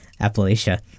Appalachia